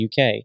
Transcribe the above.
uk